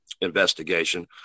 investigation